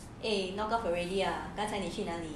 eh knock off already ah 刚才你去那里